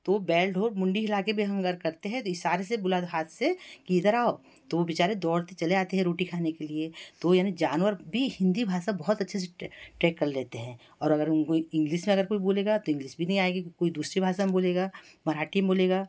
तो बैल ढो मुंडी हिला के भी हम अगर करते हैं तो इशारे से बुलाते हाथ से कि इधर आओ तो वो बेचारे दौड़ते चले आते हैं रोटी खाने के लिए तो यानी जानवर भी हिंदी भाषा बहुत अच्छे से ट्रेक कर लेते हैं और अगर उन कोई इंग्लीस में अगर कोई बोलेगा तो इंग्लीस भी नहीं आएगी कोई दूसरी भाषा में बोलेगा मराठी में बोलेगा